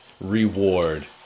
Reward